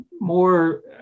more